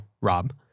Rob